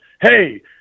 Hey